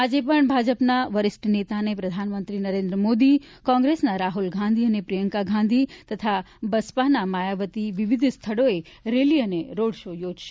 આજે પણ ભાજપના વરિષ્ઠ નેતા અને પ્રધાનમંત્રી નરેન્દ્ર મોદી કોંગ્રેસના રાહુલ ગાંધી પ્રિયંકા ગાંધી તથા બસપાના માયાવતી વિવિધ સ્થળોએ રેલી અને રોડ શો યોજશે